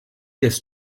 des